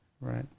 Right